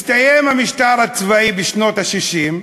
הסתיים המשטר הצבאי בשנות ה-60,